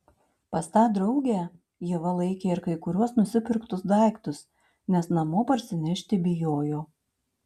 pas tą draugę ieva laikė ir kai kuriuos nusipirktus daiktus nes namo parsinešti bijojo